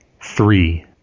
three